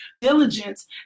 Diligence